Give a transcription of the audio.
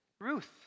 Ruth